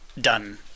done